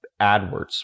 AdWords